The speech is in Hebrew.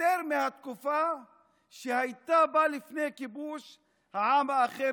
יותר מהתקופה שהייתה בה לפני כיבוש העם האחר